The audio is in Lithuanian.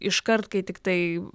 iškart kai tiktai